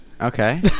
Okay